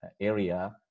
area